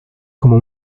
como